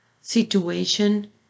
situation